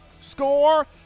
score